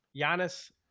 Giannis